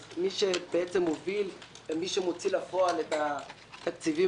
אז מי שמוביל ומוציא לפועל את התקציבים